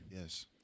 Yes